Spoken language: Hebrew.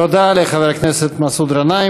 תודה לחבר הכנסת מסעוד גנאים.